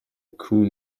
کوه